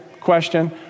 Question